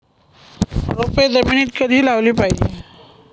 रोपे जमिनीत कधी लावली पाहिजे?